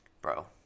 Bro